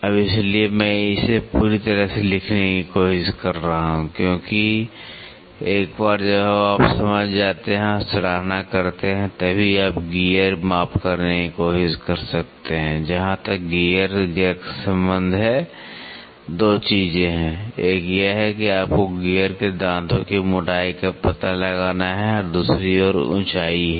अब इसलिए मैं इसे पूरी तरह से लिखने की कोशिश कर रहा हूं क्योंकि एक बार जब आप समझ जाते हैं और सराहना करते हैं तभी आप गियर माप करने की कोशिश कर सकते हैं जहां तक गियर का संबंध है 2 चीजें हैं एक यह है कि आपको गियर के दांतों की मोटाई का पता लगाना है और दूसरी ऊंचाई है